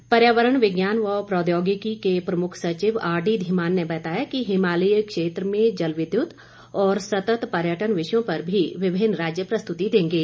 इस दौरान पर्यावरण विज्ञान व प्रौद्योगिकी के प्रमुख सचिव आरडीधीमान ने बताया कि हिमालयी क्षेत्र में जल विद्युत और सतत पर्यटन विषयों पर भी विभिन्न राज्य प्रस्तुति देंगे